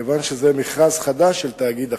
כיוון שזה מכרז חדש של תאגיד אחר.